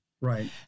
Right